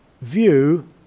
View